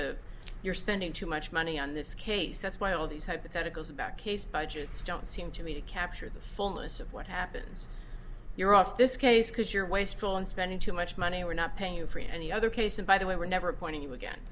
a you're spending too much money on this case that's why all these hypotheticals about case budgets don't seem to me to capture the fullness of what happens you're off this case because you're wasteful in spending too much money we're not paying you for any other case and by the way we're never appointing you again